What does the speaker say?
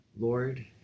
Lord